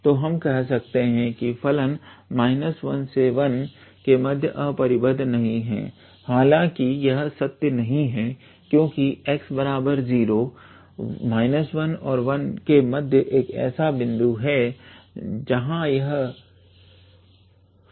तो हम कह सकते हैं कि फलन 11 के मध्य अपरिबद्ध नहीं है हालांकि यह सत्य नहीं है क्योंकि x0 11 के मध्य एक ऐसा बिंदु है जहां यह फलन अपरिबद्ध है